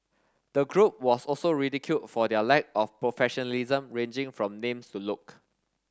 the group was also ridiculed for their lack of professionalism ranging from names to look